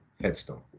headstone